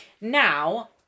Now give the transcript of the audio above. Now